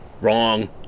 Wrong